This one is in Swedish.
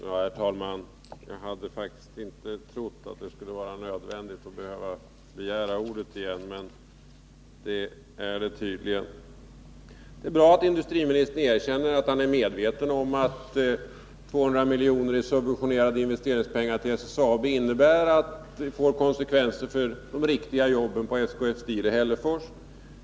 Herr talman! Jag hade faktiskt inte trott att det skulle vara nödvändigt att begära ordet igen, men det är det tydligen. Det är bra att industriministern erkänner att han är medveten om att 200 milj.kr. i subventionerade investeringspengar till SSAB innebär konsekvenser för de riktiga jobben på SKF Steel i Hällefors.